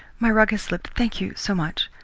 my rug has slipped thank you so much.